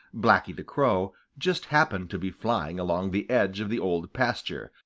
blacky the crow, just happened to be flying along the edge of the old pasture,